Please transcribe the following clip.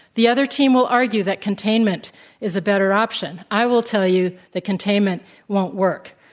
the other team will argue that containment is a better option. i will tell you that containment won't work.